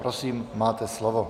Prosím, máte slovo.